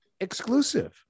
exclusive